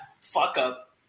fuck-up